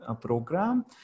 program